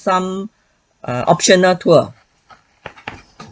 some err optional tour